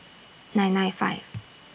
nine nine five